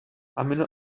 amino